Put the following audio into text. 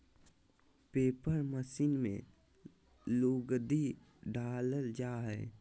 paper machine में लुगदी डालल जा हय